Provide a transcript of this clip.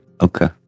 Okay